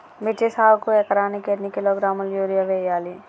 మిర్చి సాగుకు ఎకరానికి ఎన్ని కిలోగ్రాముల యూరియా వేయాలి?